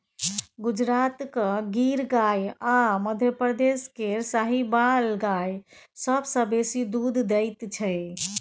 गुजरातक गिर गाय आ मध्यप्रदेश केर साहिबाल गाय सबसँ बेसी दुध दैत छै